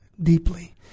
deeply